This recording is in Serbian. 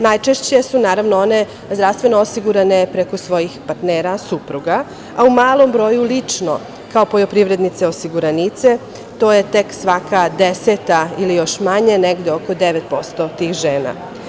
Najčešće su naravno one zdravstveno osigurane preko svojih partnera, supruga, a u malom broju lično, kao poljoprivrednice osiguranice, to je tek svaka deseta ili još manje, negde oko 9% tih žena.